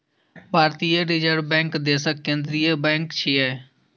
भारतीय reserve bank देशक केंद्रीय बैंक छियै